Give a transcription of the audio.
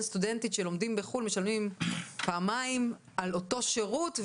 שלומד בחו"ל משלם פעמיים על אותו שירות,